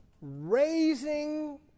Raising